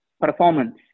performance